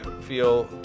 feel